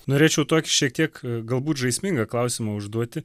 norėčiau tokį šiek tiek galbūt žaismingą klausimą užduoti